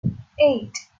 eight